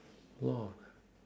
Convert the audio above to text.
law of